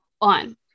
on